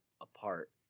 apart